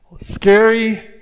scary